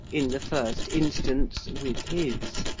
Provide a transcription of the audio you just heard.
in the first instance, with his.